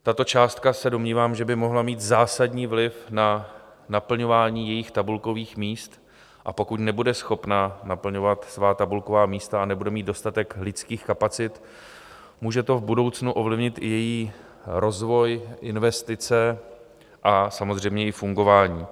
Tato částka, se domnívám, že by mohla mít zásadní vliv na naplňování jejich tabulkových míst, a pokud nebude schopna naplňovat svá tabulková místa a nebude mít dostatek lidských kapacit, může to v budoucnu ovlivnit i její rozvoj, investice a samozřejmě i fungování.